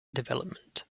development